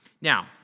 Now